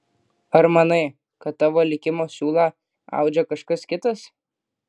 ar manai kad tavo likimo siūlą audžia kažkas kitas